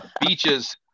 beaches